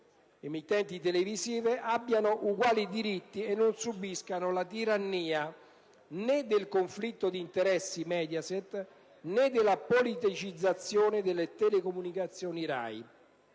ma libere) abbiano uguali diritti e non subiscano la tirannia, né del conflitto di interessi Mediaset, né della politicizzazione delle telecomunicazioni RAI.